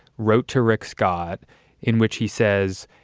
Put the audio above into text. wrote to rick scott in which he says,